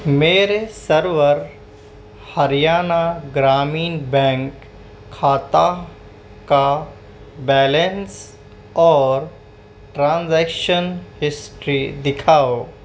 میرے سرور ہریانہ گرامین بینک کھاتہ کا بیلنس اور ٹرانزیکشن ہسٹری دکھاؤ